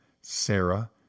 Sarah